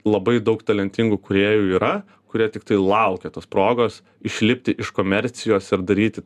labai daug talentingų kūrėjų yra kurie tiktai laukia tos progos išlipti iš komercijos ir daryti